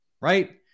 right